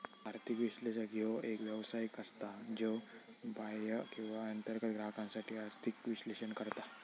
आर्थिक विश्लेषक ह्यो एक व्यावसायिक असता, ज्यो बाह्य किंवा अंतर्गत ग्राहकांसाठी आर्थिक विश्लेषण करता